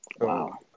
Wow